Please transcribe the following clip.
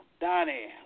Donnie